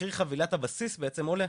מחיר חבילת הבסיסי בעצם עולה,